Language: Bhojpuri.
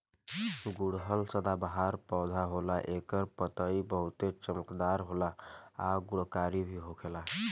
गुड़हल सदाबाहर पौधा होला एकर पतइ बहुते चमकदार होला आ गुणकारी भी होखेला